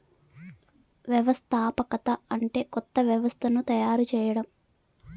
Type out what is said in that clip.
వ్యవస్థాపకత అంటే కొత్త వ్యవస్థను తయారు చేయడం